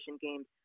games